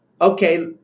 okay